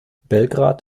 belgrad